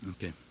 Okay